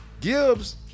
Gibbs